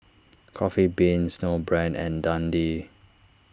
Coffee Bean Snowbrand and Dundee